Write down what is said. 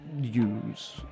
use